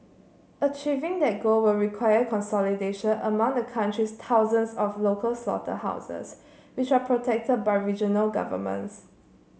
achieving that goal will require consolidation among the country's thousands of local slaughterhouses which are protected by regional governments